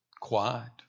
Quiet